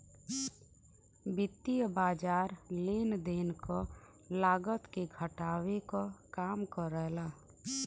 वित्तीय बाज़ार लेन देन क लागत के घटावे क काम करला